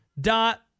Dot